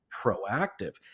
proactive